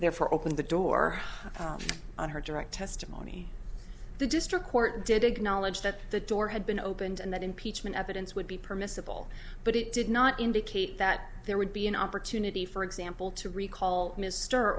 therefore open the door on her direct testimony the district court did acknowledge that the door had been opened and that impeachment evidence would be permissible but it did not indicate that there would be an opportunity for example to recall mr